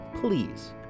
please